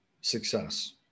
success